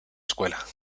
escuela